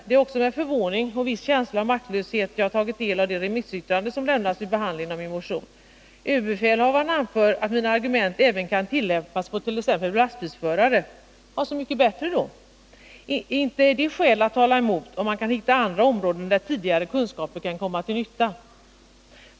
Det är också med förvåning och en viss känsla av maktlöshet som jag har tagit del av de remissyttranden som har lämnats med anledning av min motion. Överbefälhavaren anför att mina argument även kan tillämpas på t.ex. lastbilsförare. Så mycket bättre! Inte är det något skäl som talar emot att man kan hitta andra områden där tidigare kunskaper kan komma till nytta.